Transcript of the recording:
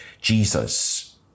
Jesus